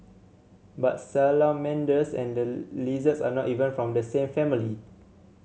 but salamanders and lizards are not even from the same family